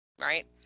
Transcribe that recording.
Right